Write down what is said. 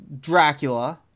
Dracula